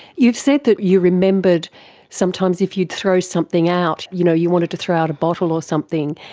you've said that you remembered sometimes if you'd throw something out, you know, you wanted to throw out a bottle or something,